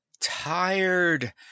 tired